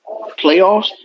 playoffs